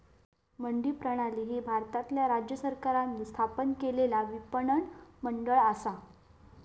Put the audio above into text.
मंडी प्रणाली ही भारतातल्या राज्य सरकारांनी स्थापन केलेला विपणन मंडळ असा